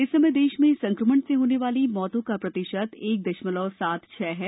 इस समय देश में संक्रमण से होने वाली मौतों का प्रतिशत एक दशमलव सात छह है